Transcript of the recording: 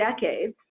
decades